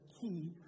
key